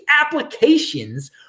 applications